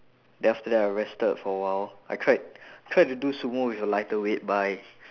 then after that I rested for a while I tried tried to do sumo with a lighter weight but I